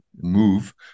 move